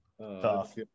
Tough